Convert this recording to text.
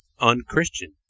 unchristian